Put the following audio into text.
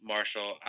Marshall